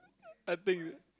I think